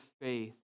faith